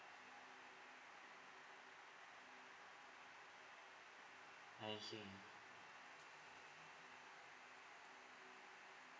I see